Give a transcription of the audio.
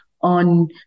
on